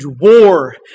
war